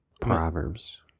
Proverbs